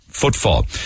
Footfall